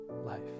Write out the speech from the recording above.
life